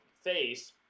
face